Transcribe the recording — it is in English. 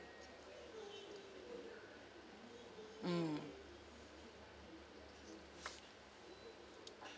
mm